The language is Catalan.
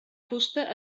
fusta